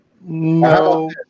No